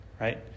Right